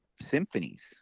symphonies